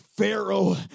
Pharaoh